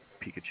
Pikachu